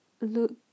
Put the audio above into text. Look